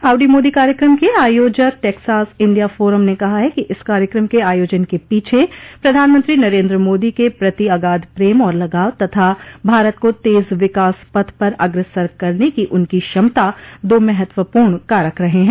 howdy Modi कार्यक्रम के आयोजक टेक्सास इंडिया फोरम ने कहा है कि इस कार्यक्रम के आयोजन के पीछे प्रधानमंत्री नरेन्द्र मोदी के प्रति अगाध प्रेम और लगाव तथा भारत को तेज विकास पथ पर अग्रसर करन की उनकी क्षमता दो महत्वपूर्ण कारक रहे हैं